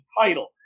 title